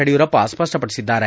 Yediyurappa ಸ್ಪಪಡಿಸಿದ್ದಾರೆ